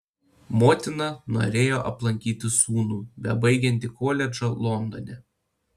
motina norėjo aplankyti sūnų bebaigiantį koledžą londone